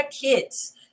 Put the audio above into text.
Kids